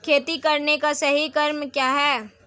खेती करने का सही क्रम क्या है?